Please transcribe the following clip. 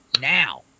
now